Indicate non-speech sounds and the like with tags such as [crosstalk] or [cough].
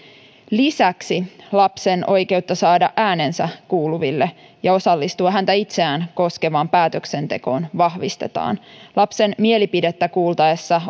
lisäksi lapsen oikeutta saada äänensä kuuluville ja osallistua häntä itseään koskevaan päätöksentekoon vahvistetaan lapsen mielipidettä kuultaessa [unintelligible]